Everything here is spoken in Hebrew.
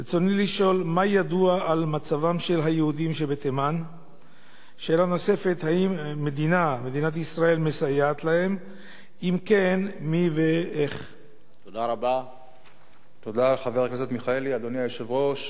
רצוני לשאול: 1. מה ידוע על